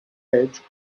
edge